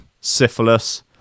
syphilis